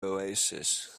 oasis